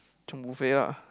chiong buffet lah